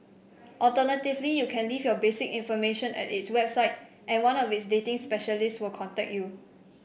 alternatively you can leave your basic information at its website and one of its dating specialists will contact you